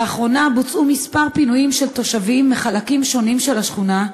לאחרונה בוצעו כמה פינויים של תושבים מחלקים שונים של השכונה,